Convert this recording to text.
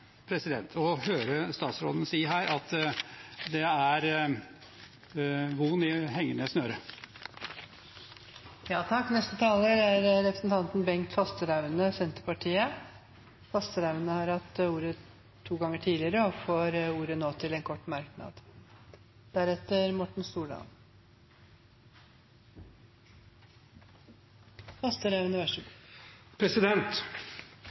høre statsråden si her at det er von i hengende snøre. Representanten Bengt Fasteraune har hatt ordet to ganger tidligere og får ordet til en kort merknad,